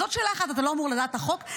זאת שאלה אחת, אתה לא אמור לדעת את החוק?